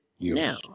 now